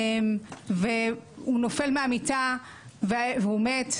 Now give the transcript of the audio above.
והוא נופל מהמיטה והוא מת.